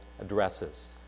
addresses